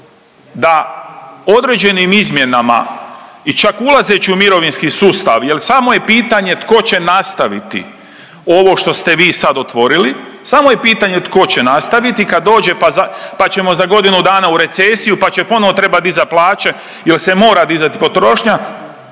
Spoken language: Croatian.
da određenim izmjenama i čak ulazeći u mirovinski sustav jel samo je pitanje tko će nastaviti ovo šta ste vi sad otvorili, samo je pitanje tko će nastaviti kad dođe pa ćemo za godinu dana u recesiju pa će ponovo trebati dizat plaće jer se mora dizati potrošnja,